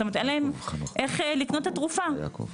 איך לקנות את התרופות.